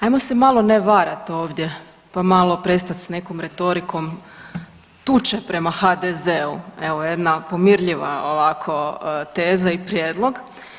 Ajmo se malo ne varat ovdje, pa malo prestat s nekom retorikom tuče prema HDZ-u, evo jedna pomirljiva ovako teza i prijedlog.